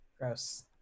Gross